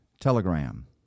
Telegram